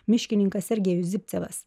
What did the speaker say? miškininkas sergejus zipcevas